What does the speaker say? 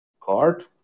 card